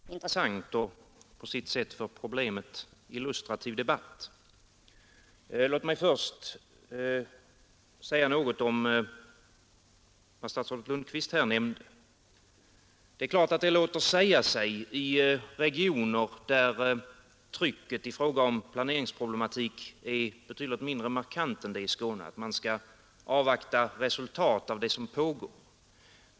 Herr talman! Det här har ju blivit en ganska intressant och på sitt sätt för problemet illustrativ debatt. Låt mig först säga något om vad statsrådet Lundkvist här nämnde. Det är klart att det låter sig sägas i regioner där trycket i fråga om planeringsproblematiken är betydligt mindre markant än i Skåne, att man bör avvakta resultatet av det som pågår.